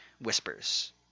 whispers